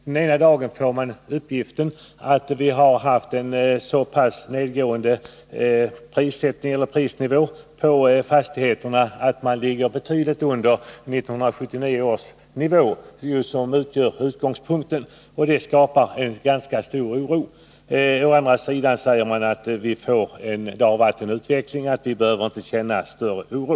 Den ena dagen får man höra uppgifter om att prisnivån på fastigheter gått ned så pass mycket att den ligger betydligt under 1979 års nivå, som ju utgör utgångspunkten vid taxeringen. Det skapar en ganska stor oro. Den andra dagen talas det om en sådan utveckling att man inte behöver känna någon större oro.